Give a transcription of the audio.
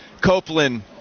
Copeland